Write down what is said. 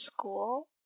school